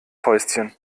fäustchen